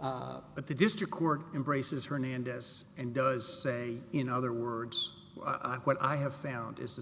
but the district court embraces hernandez and does say in other words what i have found is a